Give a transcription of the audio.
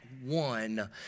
one